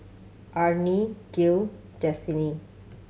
Arne Gil Destiney